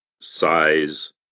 size